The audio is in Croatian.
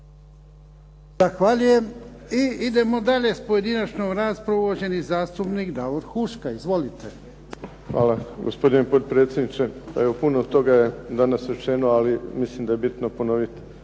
Zahvaljujem. I idemo dalje sa pojedinačnom raspravom. Uvaženi zastupnik Davor Huška. Izvolite. **Huška, Davor (HDZ)** Hvala gospodine potpredsjedniče, evo puno toga je danas rečeno ali mislim da je bitno ponoviti